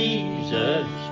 Jesus